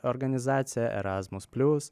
organizacija erasmus plius